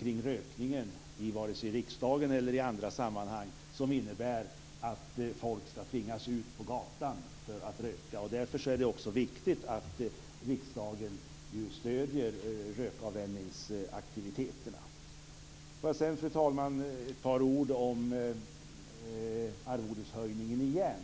kring rökningen, vare sig i riksdagen eller i andra sammanhang, som innebär att folk skall tvingas ut på gatan för att röka. Därför är det också viktigt att riksdagen nu stöder rökavvänjningsaktiviteterna. Sedan, fru talman, vill jag säga ett par ord om arvodeshöjningen igen.